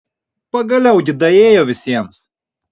pagaliau gi daėjo visiems